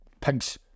pigs